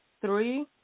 Three